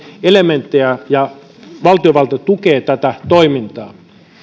elementtejä ja valtiovalta tukee tätä toimintaa